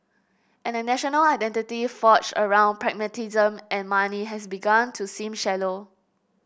and a national identity forged around pragmatism and money has begun to seem shallow